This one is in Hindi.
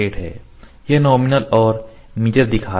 यह नॉमिनल और मिजर दिखा रहा है